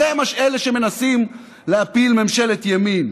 הם אלה שמנסים להפיל ממשלת ימין.